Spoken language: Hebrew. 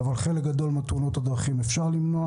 אבל חלק גדול מתאונות הדרכים אפשר למנוע.